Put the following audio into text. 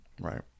right